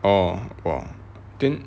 orh !wah! then